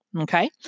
okay